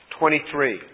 23